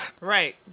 Right